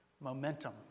Momentum